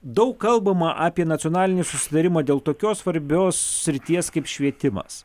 daug kalbama apie nacionalinį susitarimą dėl tokios svarbios srities kaip švietimas